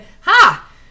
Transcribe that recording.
ha